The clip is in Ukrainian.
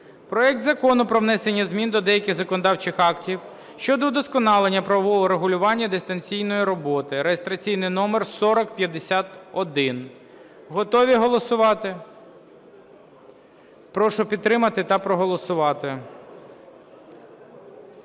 проект Закону про внесення змін до деяких законодавчих актів щодо удосконалення правового регулювання дистанційної роботи (реєстраційний номер 4051). Готові голосувати? Прошу підтримати та проголосувати.